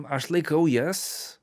aš laikau jas